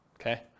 Okay